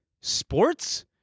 Sports